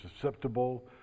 susceptible